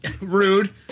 Rude